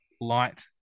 light